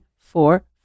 four